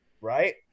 right